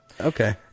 Okay